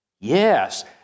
Yes